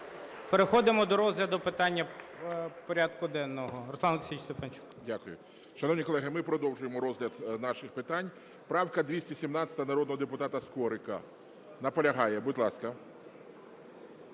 Переходимо до розгляду питання порядку денного.